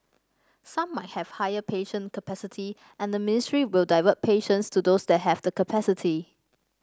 some might have higher patient capacity and the ministry will divert patients to those that have the capacity